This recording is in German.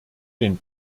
den